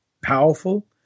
powerful